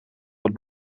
dat